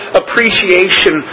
appreciation